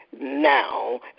now